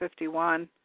51